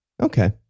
Okay